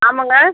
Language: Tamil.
ஆமாங்க